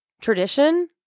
Tradition